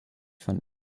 von